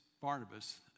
Barnabas